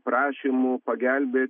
prašymų pagelbėt